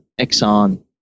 Exxon